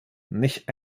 nicht